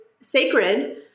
sacred